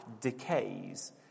decays